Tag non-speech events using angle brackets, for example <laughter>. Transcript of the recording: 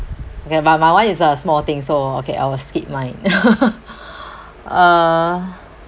okay my my [one] is uh small thing so okay I'll skip mine <laughs> <breath> uh